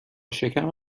شکم